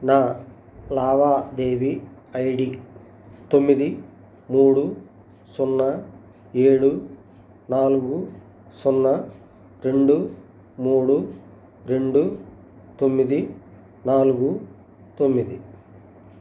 నా లావాదేవీ I D తొమ్మిది మూడు సున్నా ఏడు నాలుగు సున్నా రెండు మూడు రెండు తొమ్మిది నాలుగు తొమ్మిది